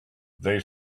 they